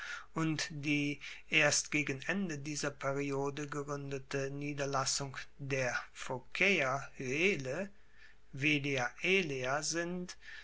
und die erst gegen ende dieser periode gegruendete niederlassung der phokaeer hyele velia elea sind